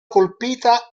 colpita